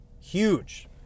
Huge